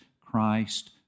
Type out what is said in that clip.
Christ